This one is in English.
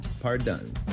Pardon